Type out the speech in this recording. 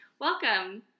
welcome